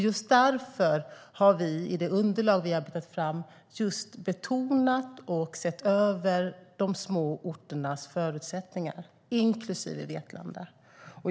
Just därför har vi i det underlag vi arbetat fram betonat och sett över de små orternas förutsättningar - inklusive Vetlandas.